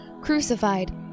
crucified